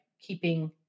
keeping